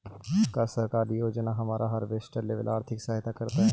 कोन सरकारी योजना हमरा हार्वेस्टर लेवे आर्थिक सहायता करतै?